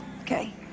Okay